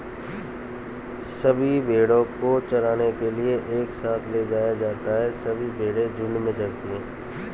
सभी भेड़ों को चराने के लिए एक साथ ले जाया जाता है सभी भेड़ें झुंड में चरती है